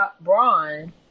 Braun